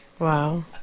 Wow